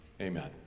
Amen